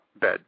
bed